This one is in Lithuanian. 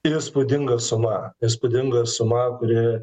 įspūdinga suma įspūdinga suma kuri